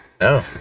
No